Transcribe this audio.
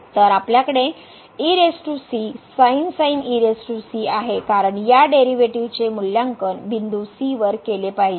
तर आपल्याकडे आहे कारण या डेरीवेटीव चे मूल्यांकन बिंदू c वर केले पाहिजे